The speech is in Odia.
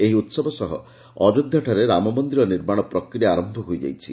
ଏହି ଉତ୍ସବ ସହ ଅଯୋଧ୍ୟାଠାରେ ରାମ ମନ୍ଦିର ନିର୍ମାଣ ପ୍ରକ୍ରିୟା ଆରମ୍ଭ ହୋଇଯାଇଛି